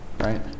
right